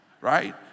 Right